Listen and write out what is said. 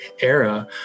era